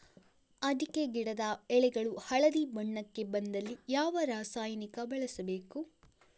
ಅಡಿಕೆ ಗಿಡದ ಎಳೆಗಳು ಹಳದಿ ಬಣ್ಣಕ್ಕೆ ಬಂದಲ್ಲಿ ಯಾವ ರಾಸಾಯನಿಕ ಬಳಸಬೇಕು?